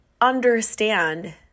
understand